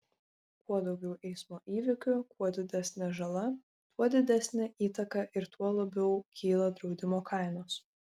kuo daugiau eismo įvykių kuo didesnė žala tuo didesnė įtaka ir tuo labiau kyla draudimo kainos